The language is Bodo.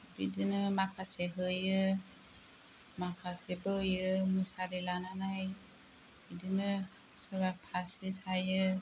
बिदिनो माखासे होयो माखासे बोयो मुसारि लानानै बिदिनो सोरबा फासि सायो